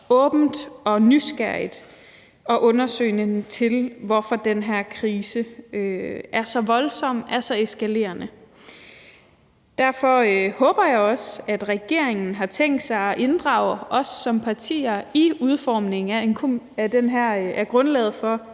åbent og nysgerrigt og undersøgende til, hvorfor den her krise er så voldsom og så eskalerende. Derfor håber jeg også, at regeringen har tænkt sig at inddrage os som partier i udformningen af grundlaget for,